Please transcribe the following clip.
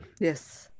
Yes